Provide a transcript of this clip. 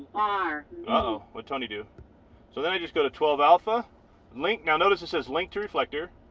ah ah what tony do so then i just go to twelve alpha link now notice. it says link to reflector,